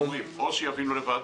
או שאנשי משרד האוצר יבינו לבד,